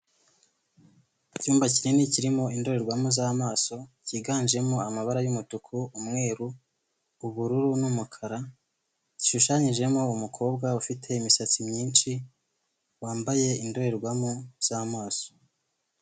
Icyumba kinini kirimo indorerwamo z'amaso kiganjemo amabara y'umutuku umweru ubururu n'umukara, gishushanyijemo umukobwa ufite imisatsi myinshi wambaye indorerwamo z'amaso.